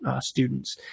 students